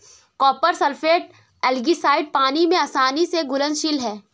copper sulphate algicide पानी में आसानी से घुलनशील है